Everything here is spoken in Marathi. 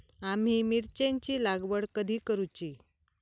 आम्ही मिरचेंची लागवड कधी करूची?